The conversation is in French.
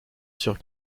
sur